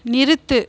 நிறுத்து